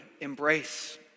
embrace